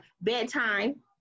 bedtime